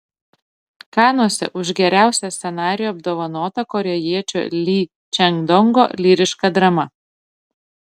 kanuose už geriausią scenarijų apdovanota korėjiečio ly čang dongo lyriška drama